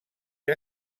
que